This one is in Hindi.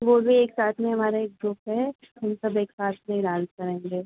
वो भी एक साथ में हमारा एक ग्रुप है हम सब एक साथ में ही डांस करेंगे